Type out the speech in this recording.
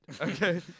Okay